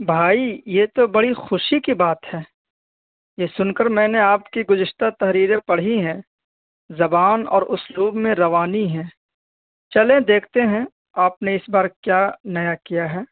بھائی یہ تو بڑی خوشی کی بات ہے یہ سن کر میں نے آپ کی گذشتہ تحریریں پڑھی ہیں زبان اور اسلوب میں روانی ہے چلیں دیکھتے ہیں آپ نے اس بار کیا نیا کیا ہے